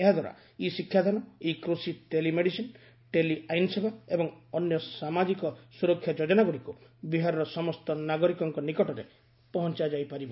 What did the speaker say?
ଏହାଦ୍ୱାରା ଇ ଶିକ୍ଷାଦାନ ଇ କୃଷି ଟେଲିମେଡିସିନ୍ ଟେଲି ଆଇନସେବା ଏବଂ ଅନ୍ୟ ସାମାଜିକ ସ୍ୱରକ୍ଷା ଯୋଜନାଗୁଡ଼ିକୁ ବିହାରର ସମସ୍ତ ନାଗରିକଙ୍କ ନିକଟରେ ପହଞ୍ଚାଯାଇ ପାରିବ